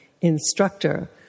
instructor